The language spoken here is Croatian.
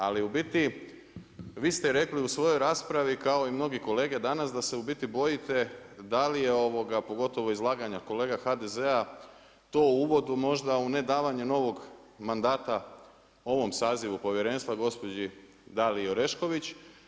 Ali u biti vi ste rekli su svojoj raspravi kao i mnogi kolege danas da se u biti bojite da li je pogotovo izlaganja kolega HDZ-a, to u uvodu možda u ne davanje novog mandata ovom sazivu povjerenstva, gospođi Daliji Orešković.